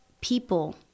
people